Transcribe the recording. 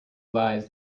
lies